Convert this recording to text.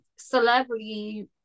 celebrity